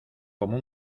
como